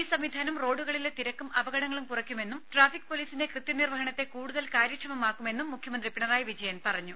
ഈ സംവിധാനം റോഡുകളിലെ തിരക്കും അപകടങ്ങളും കുറയ്ക്കുമെന്നും ട്രാഫിക് പൊലീസിന്റെ കൃത്യനിർവഹണത്തെ കൂടുതൽ കാര്യക്ഷമമാക്കുമെന്നും മുഖ്യമന്ത്രി പിണറായി വിജയൻ പറഞ്ഞു